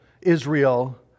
Israel